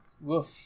Woof